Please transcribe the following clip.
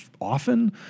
often